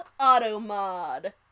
Automod